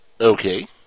Okay